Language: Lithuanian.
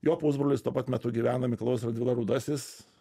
jo pusbrolis tuo pat metu gyvena mikalojus radvila rudasis